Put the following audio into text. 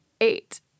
Eight